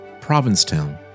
Provincetown